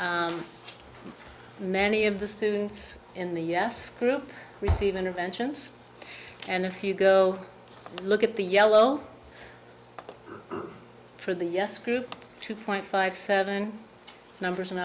h many of the students in the us group receive interventions and if you go look at the yellow for the yes group two point five seven numbers